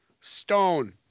Stone